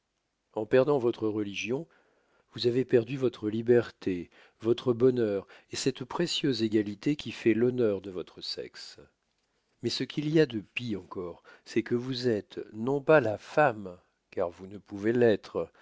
en perdant votre religion vous avez perdu votre liberté votre bonheur et cette précieuse égalité qui fait l'honneur de votre sexe mais ce qu'il y a de pis encore c'est que vous êtes non pas la femme car vous ne pouvez l'être